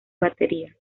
batería